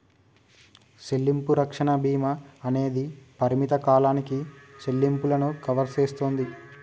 సెల్లింపు రక్షణ భీమా అనేది పరిమిత కాలానికి సెల్లింపులను కవర్ సేస్తుంది